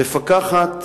מפקחת